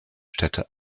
städte